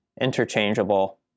interchangeable